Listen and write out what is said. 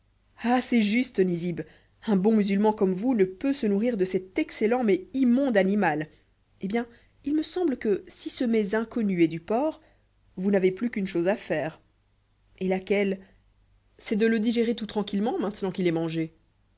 ah c'est juste nizib un bon musulman comme vous ne peut se nourrir de cet excellent mais immonde animal eh bien il me semble que si ce mets inconnue est du porc vous n'avez plus qu'une chose à faire et laquelle c'est de le digérer tout tranquillement maintenant qu'il est mangé